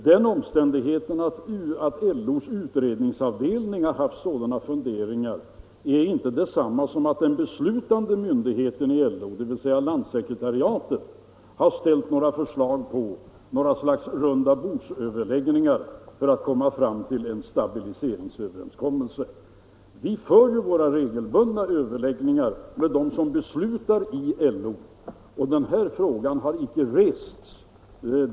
Den omständigheten att LO:s utredningsavdelning har haft sådana funderingar är inte detsamma som att den beslutande myndigheten inom LO, dvs. landssekretariatet, har ställt några förslag på några slags rundabordsöverläggningar för att komma fram till en stabiliseringsöverenskommelse. Vi håller ju regelbundet våra överläggningar med dem som beslutar i LO, och den här frågan har icke rests.